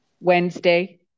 Wednesday